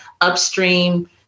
upstream